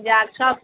যাক সব